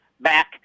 back